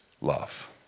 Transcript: love